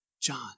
John